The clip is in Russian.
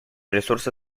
ресурсы